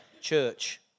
church